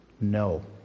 No